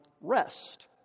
rest